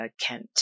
Kent